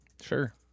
Sure